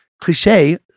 cliche